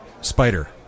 Spider